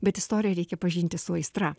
bet istoriją reikia pažinti su aistra